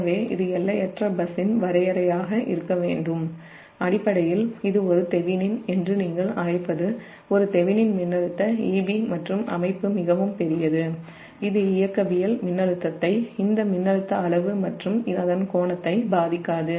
எனவே இது எல்லையற்ற பஸ்ஸின் வரையறையாக இருக்க வேண்டும் அடிப்படையில் இது ஒரு தெவெனின் என்று நீங்கள் அழைப்பது ஒரு தெவெனின் மின்னழுத்த EB மற்றும் அமைப்பு மிகவும் பெரியது இது இயக்கவியல் மின்னழுத்தத்தை இந்த மின்னழுத்த அளவு மற்றும் அதன் கோணத்தை பாதிக்காது